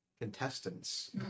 contestants